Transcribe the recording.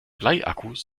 bleiakkus